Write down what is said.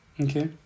Okay